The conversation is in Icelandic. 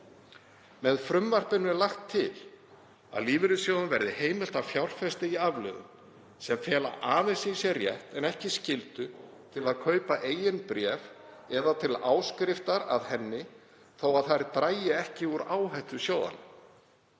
Með frumvarpinu er lagt til að lífeyrissjóðum verði heimilt að fjárfesta í afleiðum sem fela aðeins í sér rétt, en ekki skyldu, til að kaupa eign eða til áskriftar að henni þótt þær dragi ekki úr áhættu sjóðanna.